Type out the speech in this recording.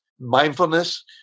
mindfulness